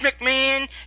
McMahon